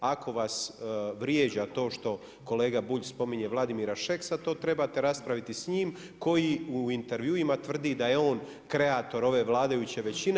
Ako vas vrijeđa to što kolega Bulj spominje Vladimira Šeksa, to trebate raspraviti s njim, koji u intervjuima tvrdi da je on kreator ove vladajuće većine.